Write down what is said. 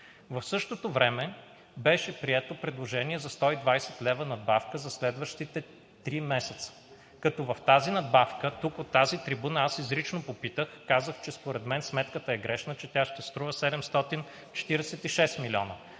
В същото време беше прието предложението за 120 лв. надбавка за следващите три месеца. За тази надбавка от тази трибуна аз изрично попитах, казах, че според мен сметката е грешна, че тя ще струва 746 милиона.